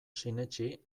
sinetsi